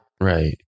right